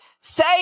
Say